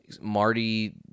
Marty